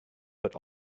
but